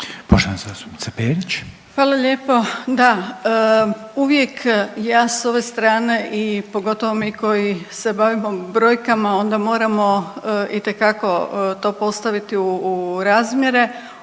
Grozdana (HDZ)** Hvala lijepo. Da, uvijek ja sa ove strane i pogotovo mi koji se bavimo brojkama onda moramo itekako to postaviti u razmjere.